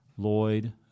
lloyd